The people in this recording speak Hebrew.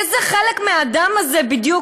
איזה חלק מהדם הזה בדיוק,